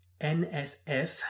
NSF